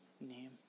name